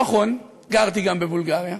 נכון, גרתי גם בבולגריה,